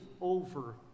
over